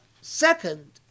Second